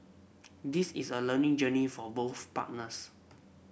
this is a learning journey for both partners